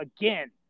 again